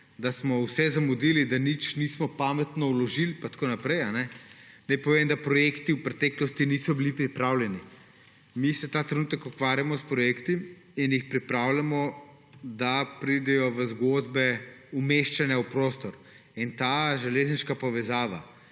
da smo vse zamudili, da nič nismo pametno vložili in tako naprej, naj povem, da projekti v preteklosti niso bili pripravljeni. Mi se ta trenutek ukvarjamo s projekti in jih pripravljamo, da pridejo v zgodbe umeščanja v prostor. Ta železniška povezava